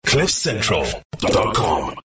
cliffcentral.com